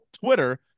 Twitter